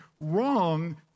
wrong